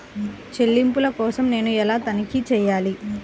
చెల్లింపుల కోసం నేను ఎలా తనిఖీ చేయాలి?